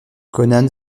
conan